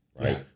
right